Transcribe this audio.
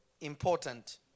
important